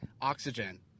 oxygen